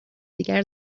دیگر